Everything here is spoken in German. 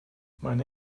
meine